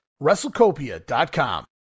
WrestleCopia.com